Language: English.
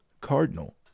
Cardinal